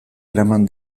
eraman